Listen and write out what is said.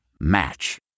Match